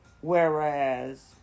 Whereas